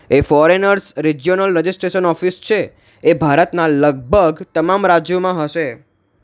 એ foreigners regional registration office છે એ ભારતના લગભગ તમામ રાજ્યોમાં હશે